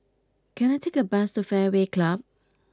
can I take a bus to Fairway Club